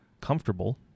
comfortable